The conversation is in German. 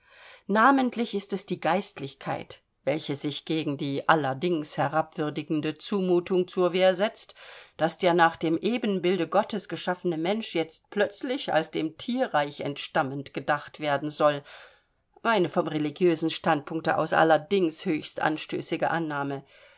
namentlich ist es die geistlichkeit welche sich gegen die allerdings herabwürdigende zumutung zur wehr setzt daß der nach dem ebenbilde gottes geschaffene mensch jetzt plötzlich als dem tierreich entstammend gedacht werden soll eine vom religiösen standpunkte aus allerdings höchst anstößige annahme